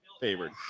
favored